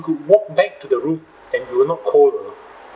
we could walk back to the room and we were not cold you know